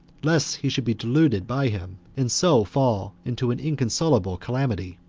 lest he should be deluded by him, and so fall into an inconsolable calamity.